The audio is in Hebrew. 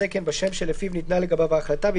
בסכומים שיקבע הממונה בלא אישור" למעשה,